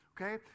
Okay